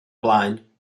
blaen